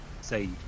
say